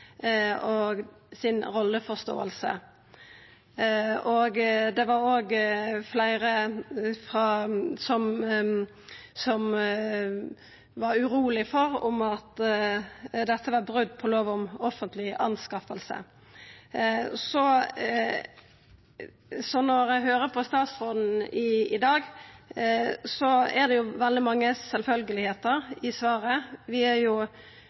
e-helse sin praksis og si rolleforståing. Det var òg fleire som var urolege for at dette var eit brot på lov om offentlige anskaffelser. Så når eg høyrer på statsråden i dag, er det veldig mykje som er sjølvsagt, i svaret. Vi er